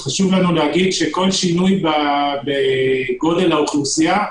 חשוב לנו לומר שכל שינוי בגודל האוכלוסייה,